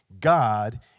God